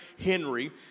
Henry